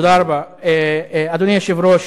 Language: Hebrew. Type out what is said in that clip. אדוני היושב-ראש,